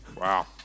Wow